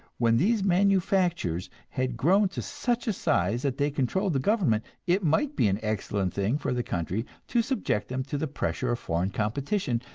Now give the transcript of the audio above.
when these manufactures had grown to such a size that they controlled the government, it might be an excellent thing for the country to subject them to the pressure of foreign competition,